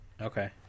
okay